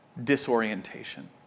disorientation